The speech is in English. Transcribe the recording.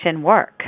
work